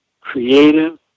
creative